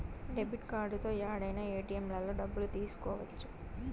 debit కార్డుతో యాడైనా ఏటిఎంలలో డబ్బులు తీసుకోవచ్చు